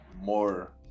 more